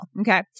Okay